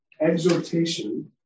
exhortation